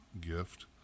gift